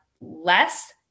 less